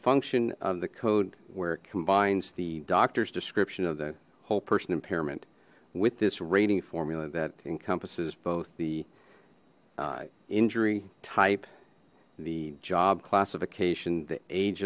function of the code where it combines the doctors description of the whole person impairment with this rating formula that encompasses both the injury type the job classification the age